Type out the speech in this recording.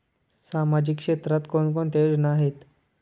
सामाजिक क्षेत्रात कोणकोणत्या योजना आहेत?